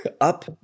Up